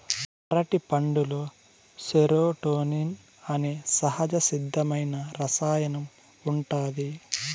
అరటిపండులో సెరోటోనిన్ అనే సహజసిద్ధమైన రసాయనం ఉంటాది